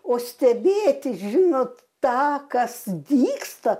o stebėti žinot tą kas vyksta